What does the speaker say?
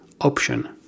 option